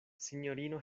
sinjorino